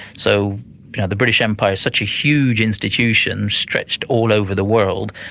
so the british empire's such a huge institution, stretched all over the world,